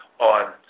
on